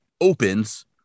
opens